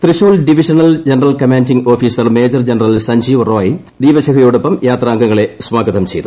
Trishul division general commanding officer major general Sanjeev Rai ദീപശിഖായോടൊപ്പം യാത്രംഗങ്ങളെ സ്വാഗതം ചെയ്തു